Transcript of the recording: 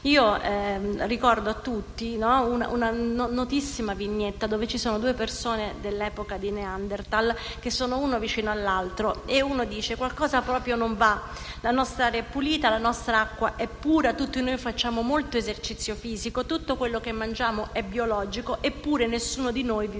ricordo a tutti una notissima vignetta dove ci sono due persone dell'epoca di Neanderthal, l'una vicino all'altra. Una dice: «Qualcosa proprio non va. La nostra aria è pulita, la nostra acqua è pura, tutti noi facciamo molto esercizio fisico, tutto quello che mangiamo è biologico, eppure nessuno di noi vive